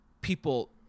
people